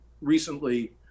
recently